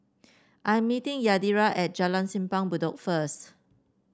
I am meeting Yadira at Jalan Simpang Bedok first